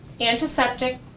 antiseptic